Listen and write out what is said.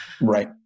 Right